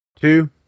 two